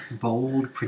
Bold